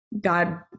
God